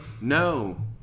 No